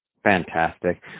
fantastic